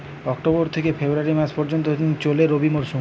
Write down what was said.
October থেকে February মাস পর্যন্ত চলে রবি মরসুম